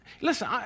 Listen